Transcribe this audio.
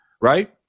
right